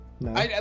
No